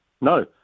no